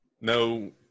No